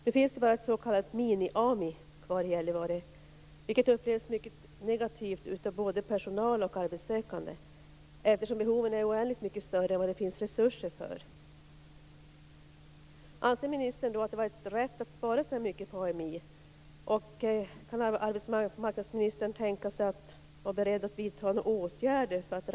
Nu finns det bara ett s.k. mini AMI kvar i Gällivare, vilket upplevs som mycket negativt av både personal och arbetssökande, eftersom behoven är oändligt mycket större än vad det finns resurser för.